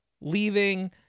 leaving